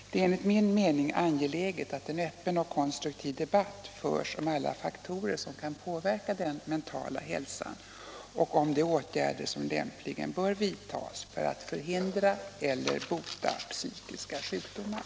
Det är enligt min mening angeläget att en öppen och konstruktiv debatt förs om alla faktorer som kan påverka den mentala hälsan och om de åtgärder som lämpligen bör vidtas för att förhindra eller bota psykiska sjukdomar.